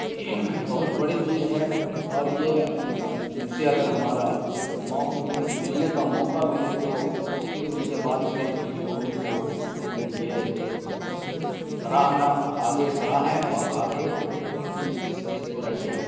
بہت بڑی چیز ہے اور یہ ان سے اگر ہمارا موقع ملنے کا موقع ملے تو پھر ان سے بات کریں کہ یہ اردو کو یہ سراہنا آگے سراہیں اور آگے اس چیز کو رکھیں